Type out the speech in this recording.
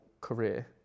career